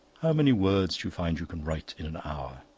how many words do you find you can write in an hour?